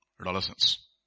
Adolescence